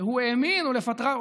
שהוא האמין בה,